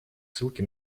ссылки